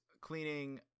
cleaning